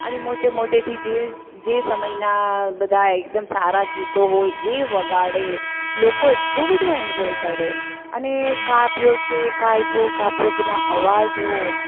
અને મોટે મોટેથી જે જે સમયના બધા એકદમ સારા ગીતો હોય એ વગાડે લોકો એટલું બધું એન્જોય કરે અને કાપ્યો છે કાયપો કાપ્યો ના અવાજો